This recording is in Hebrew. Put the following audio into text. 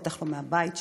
בטח לא מהבית שלהם.